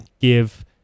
give